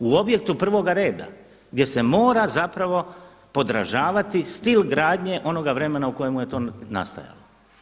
U objektu prvoga reda, gdje se mora zapravo podražavati stil gradnje onoga vremena u kojemu je to nastajalo.